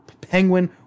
penguin